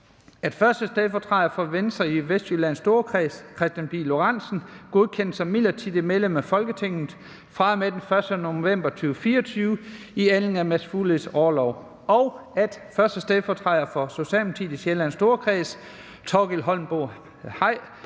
at 1. stedfortræder for Venstre i Vestjyllands Storkreds, Kristian Pihl Lorentzen, godkendes som midlertidigt medlem af Folketinget fra den 1. november 2024 i anledning af Mads Fugledes orlov. Endelig har jeg modtaget indstilling om, at 1. stedfortræder for Socialdemokratiet i Sjællands Storkreds, Thorkild Holmboe-Hay,